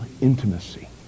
intimacy